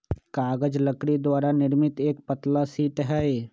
कागज लकड़ी द्वारा निर्मित एक पतला शीट हई